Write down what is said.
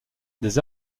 des